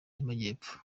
y’amajyepfo